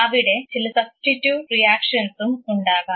അവിടെ ചില സബ്സ്റ്റിറ്റ്യൂട്ട് റിയാക്ഷൻസും ഉണ്ടാകാം